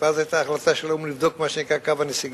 והיתה אז החלטה של האו"ם לבדוק את מה שנקרא "קו הנסיגה",